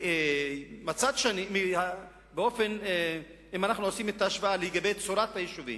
אם אנו עושים את ההשוואה לגבי צורת היישובים,